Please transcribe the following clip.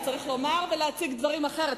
צריך לומר ולהציג דברים אחרת.